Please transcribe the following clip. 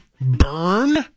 burn